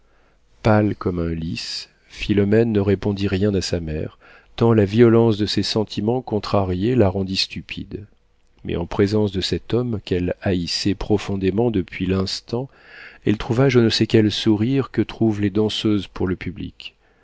pâle comme un lis philomène ne répondit rien à sa mère tant la violence de ses sentiments contrariés la rendit stupide mais en présence de cet homme qu'elle haïssait profondément depuis un instant elle trouva je ne sais quel sourire que trouvent les danseuses pour le public